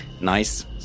Nice